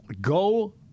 Go